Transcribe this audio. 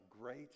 great